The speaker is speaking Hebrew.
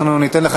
אנחנו ניתן לך